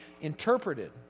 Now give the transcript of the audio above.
interpreted